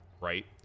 right